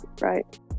right